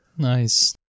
Nice